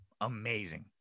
amazing